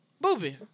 Booby